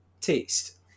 taste